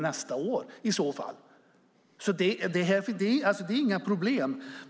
Det är inga problem.